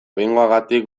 behingoagatik